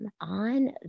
on